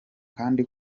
kandi